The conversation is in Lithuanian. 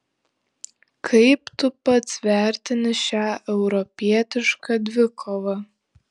kaip tu pats vertini šią europietišką dvikovą